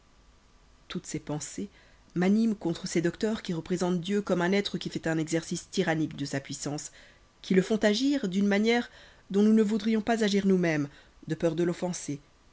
toutes ces pensées m'animent contre ces docteurs qui représentent dieu comme un être qui fait un exercice tyrannique de sa puissance qui le font agir d'une manière dont nous ne voudrions pas agir nous-mêmes de peur de l'offenser